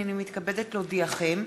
הנני מתכבדת להודיעכם,